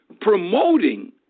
promoting